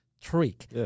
trick